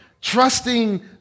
Trusting